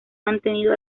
mantenido